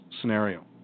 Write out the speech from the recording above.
scenario